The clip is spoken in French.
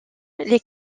les